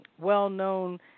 well-known